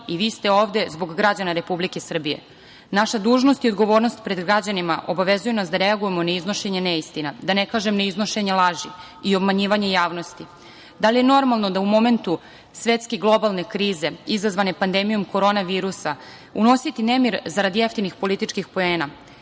i vi ste ovde zbog građana Republike Srbije. Naša dužnost i odgovornost pred građanima obavezuje nas da reagujemo na iznošenje neistina, da ne kažem na iznošenje laži o obmanjivanje javnosti. Da li je normalno da u momentu svetske globalne krize izazvane pandemijom korona virusa unositi nemir zarad jeftinih političkih poena. Ceo